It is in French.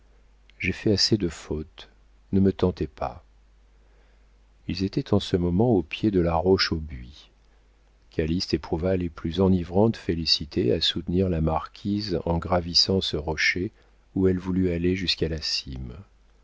j'ai fait assez de fautes ne me tentez pas ils étaient en ce moment au pied de la roche au buis calyste éprouva les plus enivrantes félicités à soutenir la marquise en gravissant ce rocher où elle voulut aller jusqu'à la cime